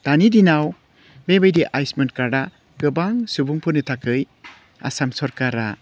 दानि दिनाव बेबायदि आयुस्मान कार्दआ गोबां सुबुंफोरनि थाखाय आसाम सरकारा